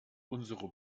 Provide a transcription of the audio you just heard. unsere